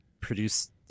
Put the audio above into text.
produce